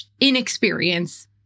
inexperience